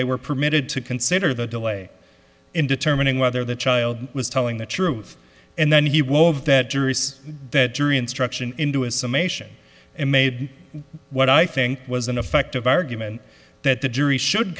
they were permitted to consider the delay in determining whether the child was telling the truth and then he wove that jury's that jury instruction into a summation and made what i think was an effective argument that the jury should